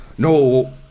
No